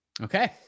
Okay